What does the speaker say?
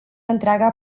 întreaga